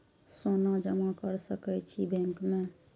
सोना जमा कर सके छी बैंक में?